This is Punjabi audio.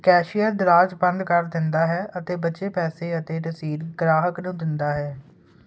ਕੈਸ਼ੀਅਰ ਦਰਾਜ਼ ਬੰਦ ਕਰ ਦਿੰਦਾ ਹੈ ਅਤੇ ਬਚੇ ਪੈਸੇ ਅਤੇ ਰਸੀਦ ਗ੍ਰਾਹਕ ਨੂੰ ਦਿੰਦਾ ਹੈ